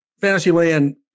Fantasyland